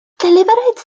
deliberate